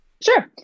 Sure